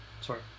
sorry